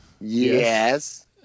Yes